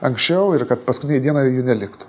anksčiau ir kad paskutinei dienai jų neliktų